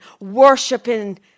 worshiping